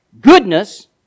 Goodness